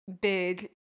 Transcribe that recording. big